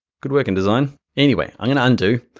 good work indesign. anyway, i'm gonna undo.